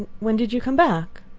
when did you come back?